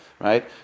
right